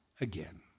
again